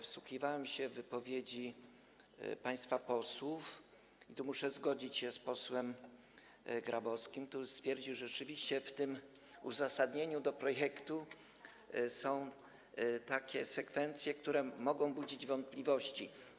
Wsłuchiwałem się w wypowiedzi państwa posłów i muszę zgodzić się z posłem Grabowskim, który stwierdził, że rzeczywiście w uzasadnieniu projektu są takie sekwencje, które mogą budzić wątpliwości.